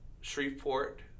Shreveport